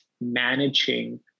managing